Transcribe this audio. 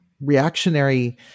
reactionary